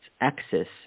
axis